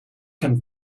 can